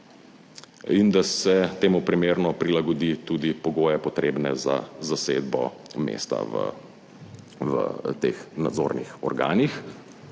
in da se temu primerno prilagodi tudi pogoje, potrebne za zasedbo mesta v teh nadzornih organih.